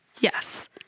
Yes